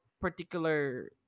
particular